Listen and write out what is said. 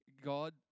God